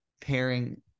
pairing